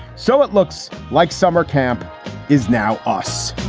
so it looks like summer camp is now us